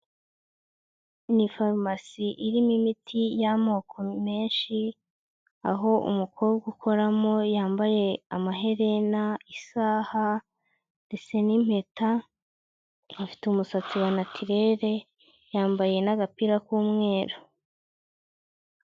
Ni farumasi irimo imiti y'amoko menshi, aho umukobwa ukoramo yambaye amaherena, isaha ndetse n'impeta, afite umusatsi wa natirere yambaye n'agapira k'umweru.